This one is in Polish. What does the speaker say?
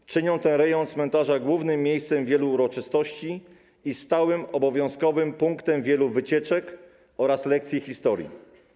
To czyni ten rejon cmentarza głównym miejscem wielu uroczystości i stałym, obowiązkowym punktem wielu wycieczek oraz lekcji historii.